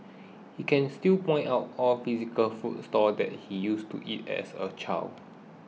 he can still point out all physical food stalls that he used to eat as a child